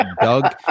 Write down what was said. Doug